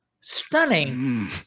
Stunning